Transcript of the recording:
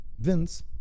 Vince